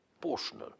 proportional